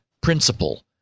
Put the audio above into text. Principle